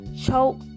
choke